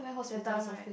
the time right